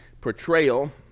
portrayal